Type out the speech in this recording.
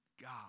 God